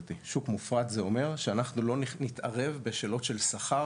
שוק מופרט אומר שאנחנו לא נתערב בשאלות של שכר